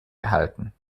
erhalten